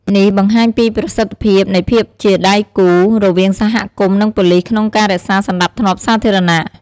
នេះបង្ហាញពីប្រសិទ្ធភាពនៃភាពជាដៃគូរវាងសហគមន៍ និងប៉ូលិសក្នុងការរក្សាសណ្តាប់ធ្នាប់សាធារណៈ។